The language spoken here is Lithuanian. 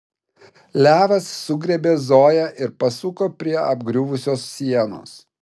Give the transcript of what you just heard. levas sugriebė zoją ir pasuko prie apgriuvusios sienos